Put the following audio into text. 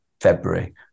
February